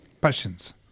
Passions